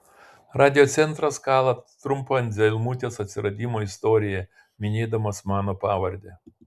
radiocentras kala trumpą anzelmutės atsiradimo istoriją minėdamas mano pavardę